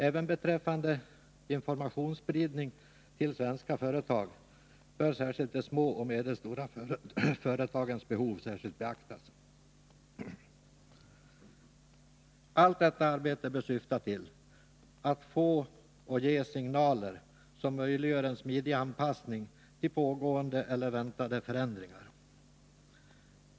Även beträffande informationsspridning till svenska företag bör särskilt de små och medelstora företagens behov särskilt beaktas. Allt detta arbete bör syfta till att få och ge signaler som möjliggör en smidig anpassning till pågående eller väntade förändringar.